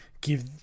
give